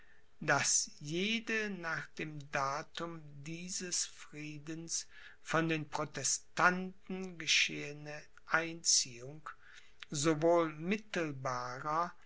daß jede nach dem datum dieses friedens von den protestanten geschehene einziehung sowohl mittelbarer